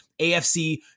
AFC